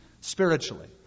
spiritually